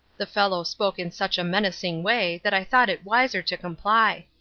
the fellow spoke in such a menacing way that i thought it wiser to comply.